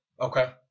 Okay